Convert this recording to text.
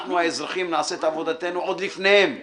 ושאנחנו האזרחים נעשה את עבודתנו עוד לפניהם נאמנה.